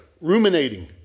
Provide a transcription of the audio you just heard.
ruminating